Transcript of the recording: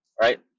Right